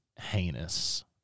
heinous